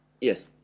Yes